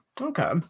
Okay